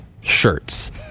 shirts